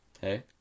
Hey